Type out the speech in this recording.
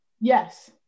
Yes